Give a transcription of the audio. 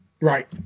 Right